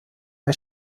bei